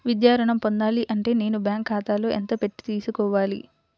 విద్యా ఋణం పొందాలి అంటే నేను బ్యాంకు ఖాతాలో ఎంత పెట్టి తీసుకోవాలి?